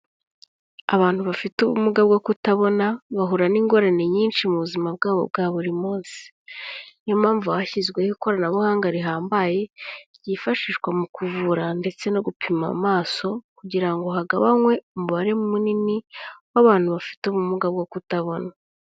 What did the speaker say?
Abantu bafite ubumuga bwo kutabona, bahura n'ingorane nyinshi mu buzima bwabo bwa buri munsi. Niyo mpamvu hashyizweho ikoranabuhanga rihambaye, ryifashishwa mu kuvura ndetse no gupima amaso, kugira ngo hagabanywe umubare munini w'abantu bafite ubumuga bwo kutabona.